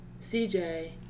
CJ